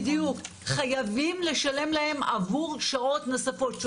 חייבים לשלם להם עבור שעות נוספות.